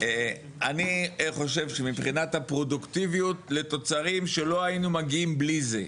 אני חושב שמבחינת הפרודוקטיביות לתוצרים שלא היינו מגיעים בלי זה,